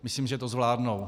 Myslím, že to zvládnou.